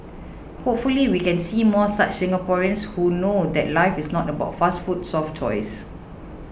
hopefully we can see more such Singaporeans who know that life is not about fast food soft toys